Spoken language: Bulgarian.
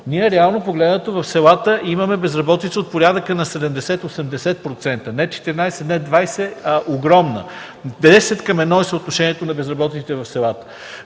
Реално погледнато в селата имаме безработица от порядъка на 70-80%, не 14, не 20, а огромна – 10 към едно е съотношението на безработните в селата.